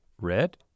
Red